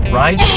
right